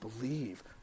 believe